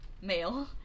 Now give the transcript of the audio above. male